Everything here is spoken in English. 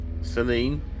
Celine